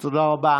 תודה רבה.